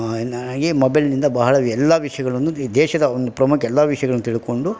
ನನಗೆ ಈ ಮೊಬೈಲ್ನಿಂದ ಬಹಳ ಎಲ್ಲಾ ವಿಷಯಗಳನ್ನು ದೇಶದ ಒಂದು ಪ್ರಮುಖ ಎಲ್ಲ ವಿಷಯಗಳನ್ನು ತಿಳ್ಕೊಂಡು